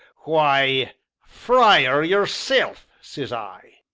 why frier yourself, says i.